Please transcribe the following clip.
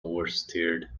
oversteered